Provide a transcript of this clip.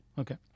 Okay